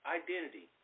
identity